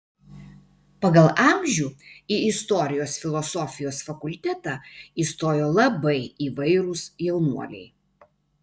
pagal amžių į istorijos filosofijos fakultetą įstojo labai įvairūs jaunuoliai